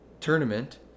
tournament